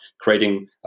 creating